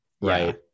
Right